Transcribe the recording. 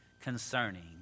concerning